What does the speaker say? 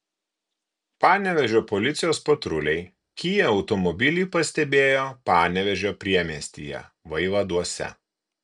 panevėžio policijos patruliai kia automobilį pastebėjo panevėžio priemiestyje vaivaduose